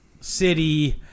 city